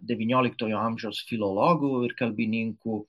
devynioliktojo amžiaus filologų ir kalbininkų